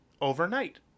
Overnight